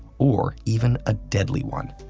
or even a deadly one.